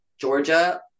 georgia